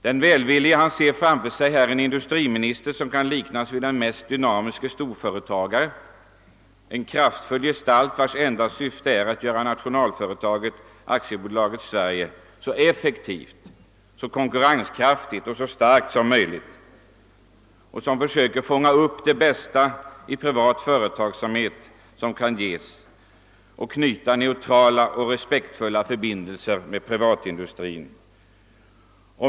Den välvillige ser framför sig en industriminister som kan liknas vid den mest dynamiske storföretagare — en kraftfull gestalt vars enda syfte är att göra nationalföretaget Aktiebolaget Sverige så effektivt, så konkurrenskraftigt och så starkt som möjligt och som försöker att fånga upp det bästa privat företagsamhet kan ge och knyta neutrala och respektfulla förbindelser med privatindustrin.